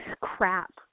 crap